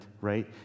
right